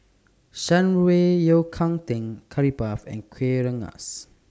Shan Rui Yao Cai Tang Curry Puff and Kuih Rengas